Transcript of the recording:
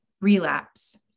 relapse